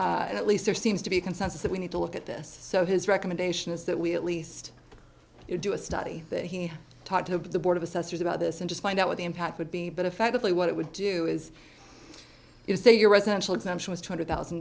or at least there seems to be a consensus that we need to look at this so his recommendation is that we at least do a study that he talked to the board of assessors about this and just find out what the impact would be but effectively what it would do is you say your residential exemption was two hundred thousand